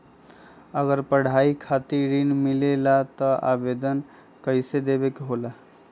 अगर पढ़ाई खातीर ऋण मिले ला त आवेदन कईसे देवे के होला?